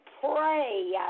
pray